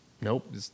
nope